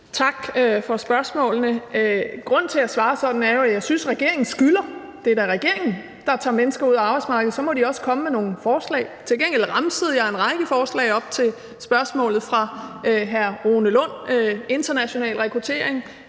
Tak for spørgsmålene. Grunden til, at jeg svarede sådan, er jo, at jeg synes, at regeringen skylder – for det er da regeringen, der tager mennesker ud af arbejdsmarkedet – at komme med nogle forslag. Til gengæld remsede jeg en række forslag op i svaret på spørgsmålet fra hr. Rune Lund: international rekruttering,